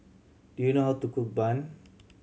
do you know how to cook bun